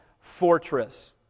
fortress